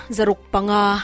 Zarukpanga